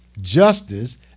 justice